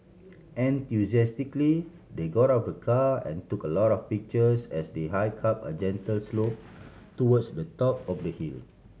enthusiastically they got out of the car and took a lot of pictures as they hike up a gentle slope towards the top of the hill